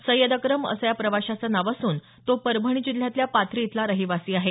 सय्यद अक्रम असं या प्रवाशाचं नाव असून तो परभणी जिल्ह्यातल्या पाथरी इथला रहिवासी आहे